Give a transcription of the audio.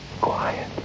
quiet